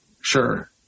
Sure